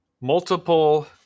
multiple